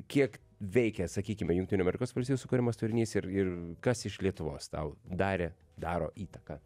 kiek veikia sakykime jungtinių amerikos valstijų sukuriamas turinys ir ir kas iš lietuvos tau darė daro įtaką